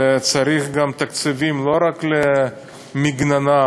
וצריך גם תקציבים לא רק למגננה,